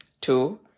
Two